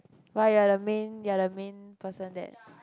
why you are the main you are the main person that